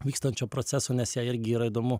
vykstančio proceso nes jai irgi yra įdomu